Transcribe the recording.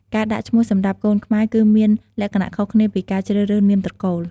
ការដាក់ ឈ្មោះ សម្រាប់កូនខ្មែរ គឺមានលក្ខណៈខុសគ្នាពីការជ្រើសរើសនាមត្រកូល។